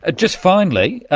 ah just finally,